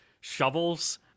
shovels